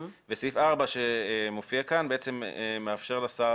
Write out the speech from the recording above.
וסעיף 4 שמופיע כאן מאפשר לשר